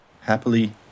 happily